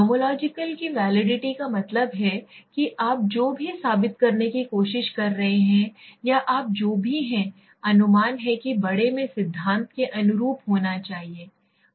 nomological की validity का मतलब है कि आप जो भी साबित करने की कोशिश कर रहे हैं या आप जो भी हैं अनुमान है कि बड़े में सिद्धांत के अनुरूप होना चाहिए